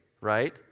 right